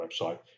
website